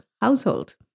household